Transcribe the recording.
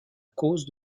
cause